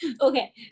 Okay